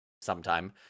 sometime